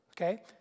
Okay